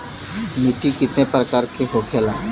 मिट्टी कितने प्रकार के होखेला?